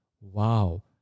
Wow